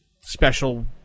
special